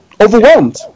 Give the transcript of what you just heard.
overwhelmed